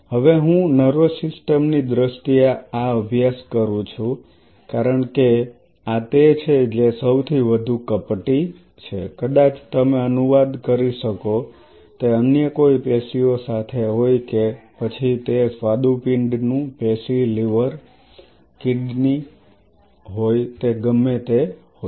અને હું નર્વસ સિસ્ટમની દ્રષ્ટિએ આ અભ્યાસ કરું છું કારણ કે આ તે છે જે સૌથી વધુ કપટી છે કદાચ તમે અનુવાદ કરી શકો તે અન્ય કોઇ પેશીઓ સાથે હોય કે પછી તે સ્વાદુપિંડનું પેશી લીવર પેશી કિડની હોય તે ગમે તે હોય